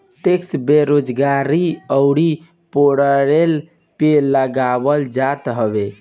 tax बेरोजगारी अउरी payroll पे लगावल जात हवे